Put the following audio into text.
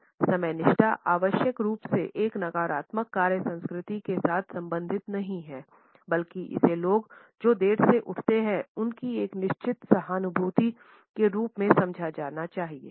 गैर समयनिष्ठता आवश्यक रूप से एक नकारात्मक कार्य संस्कृति के साथ संबंधित नहीं है बल्कि इसे लोग जो देर से उठते हैं उन की एक निश्चित सहानुभूति के रूप में समझा जाना चाहिए